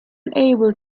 able